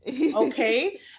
okay